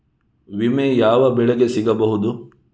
ವಿಮೆ ಯಾವ ಬೆಳೆಗೆ ಸಿಗಬಹುದು?